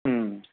മ്മ്